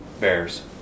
bears